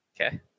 Okay